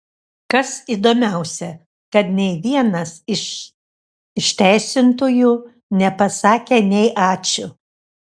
kas įdomiausią kad nei vienas iš išteisintųjų nepasakė nei ačiū